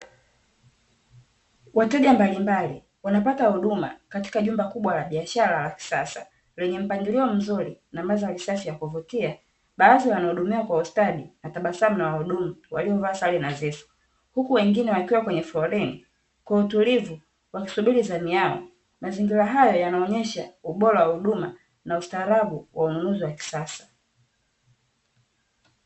Wateja mbalimbali wanapata huduma katika jumba kubwa la biashara la kisasa, lenye mpangilio mzuri na mandhari safi ya kuvutia. Baadhi wanahudumiwa kwa ustadi na tabasamu la wahudumu waliovaa sare nadhifu, huku wengine wakiwa kwenye foleni kwa utulivu wakisubiri zamu yao. Mazingira hayo yanaonyesha ubora wa huduma na ustaarabu wa ununuzi wa kisasa.